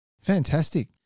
Fantastic